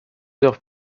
heures